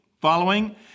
following